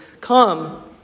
come